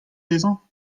dezhañ